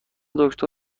دکتر